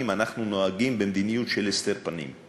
אנחנו נוהגים במדיניות של הסתר פנים.